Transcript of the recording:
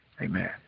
Amen